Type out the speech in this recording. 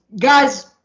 guys